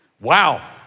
Wow